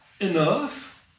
enough